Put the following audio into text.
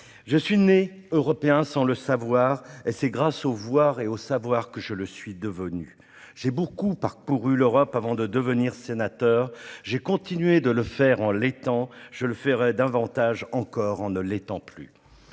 Je suis né Européen sans le savoir, et c'est grâce au voir et au savoir que je le suis devenu. J'ai beaucoup parcouru l'Europe avant de devenir sénateur ; j'ai continué de le faire en l'étant, je le ferai davantage encore en ne l'étant plus.